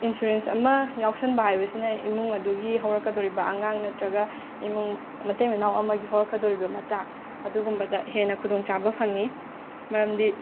insurance ꯑꯃ ꯌꯥꯎꯁꯤꯟꯕ ꯍꯥꯏꯕꯁꯤꯅ ꯏꯃꯨꯡ ꯑꯗꯨꯒꯤ ꯍꯧꯔꯛꯀꯗꯣꯔꯤꯕ ꯑꯉꯥꯡ ꯅꯠꯇ꯭ꯔꯒ ꯏꯃꯨꯡ ꯃꯇꯩ ꯃꯅꯥꯎ ꯑꯃꯒꯤ ꯍꯧꯔꯛꯀꯗꯣꯔꯤꯕ ꯃꯆꯥ ꯑꯗꯨꯒꯨꯝꯕꯗ ꯍꯦꯟꯅ ꯈꯨꯗꯣꯡꯆꯥꯕ ꯐꯪꯏ ꯃꯔꯝꯗꯤ